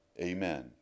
Amen